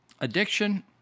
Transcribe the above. addiction